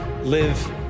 live